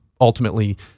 ultimately